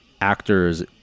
actors